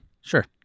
Sure